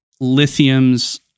Lithium's